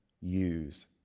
use